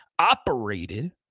Operated